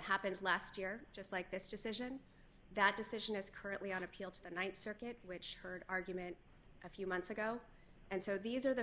happens last year just like this decision that decision is currently on appeal to the th circuit which heard argument a few months ago and so these are the